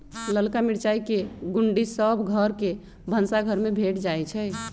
ललका मिरचाई के गुण्डी सभ घर के भनसाघर में भेंट जाइ छइ